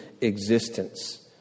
existence